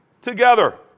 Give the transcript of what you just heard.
together